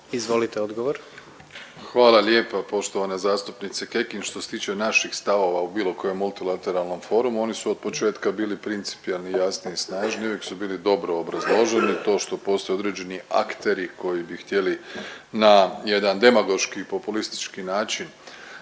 Andrej (HDZ)** Hvala lijepa poštovana zastupnice Kekin. Što se tiče naših stavova u bilo kojem multilateralnom forumu oni su od početka bili principijelni, jasni i snažni, uvijek su bili dobro obrazloženi. To što postoje određeni akteri koji bi htjeli na jedan demagoški i populistički način